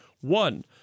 One-